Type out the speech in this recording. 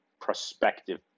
prospective